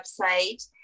website